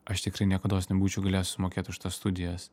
aš tikrai niekados nebūčiau galėjęs sumokėt už tas studijas